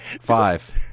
Five